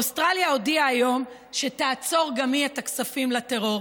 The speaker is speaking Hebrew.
אוסטרליה הודיעה היום שתעצור גם היא את הכספים לטרור.